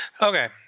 Okay